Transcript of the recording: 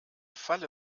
falle